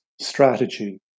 strategy